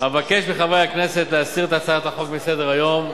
אבקש מחברי הכנסת להסיר את הצעת החוק מסדר-היום,